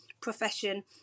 profession